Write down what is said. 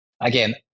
Again